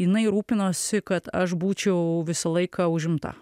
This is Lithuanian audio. jinai rūpinosi kad aš būčiau visą laiką užimta